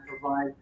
provide